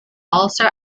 also